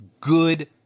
good